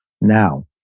Now